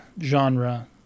genre